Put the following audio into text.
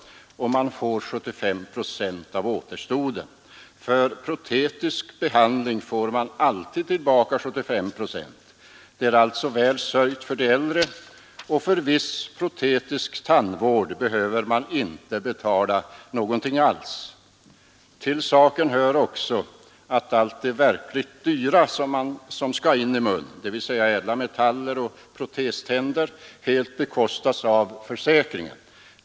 Och man får 75 procent av återstoden. För protetisk behandling får man alltid tillbaka 75 procent — det är alltså väl sörjt för de äldre — och för viss protetisk tandvård behöver man inte betala någonting alls. Till saken hör också att allt det verkligt dyra som skall in i mun, dvs. ädla metaller och proteständer, helt bekostas av försäkringen.